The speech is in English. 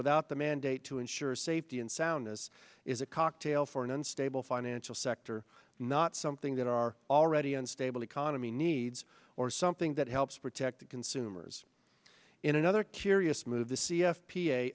without the mandate to insure safety and soundness is a cocktail for an unstable financial sector not something that our already unstable economy needs or something that helps protect consumers in another curious move the c f p a